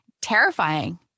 terrifying